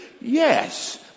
Yes